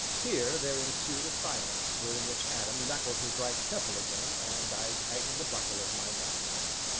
here there ensued a silence during which adam knuckled his right temple again and i tightened the buckle of my knapsack.